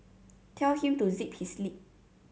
tell him to zip his lip